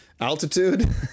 Altitude